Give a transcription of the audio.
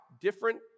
Different